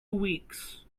weeks